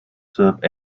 serb